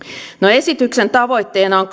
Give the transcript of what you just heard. esityksen tavoitteena on